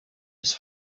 his